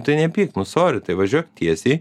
tai nepyk nu sori tai važiuok tiesiai